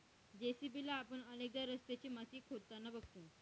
JCB ला आपण अनेकदा रस्त्याची माती खोदताना बघतो